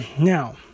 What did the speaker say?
Now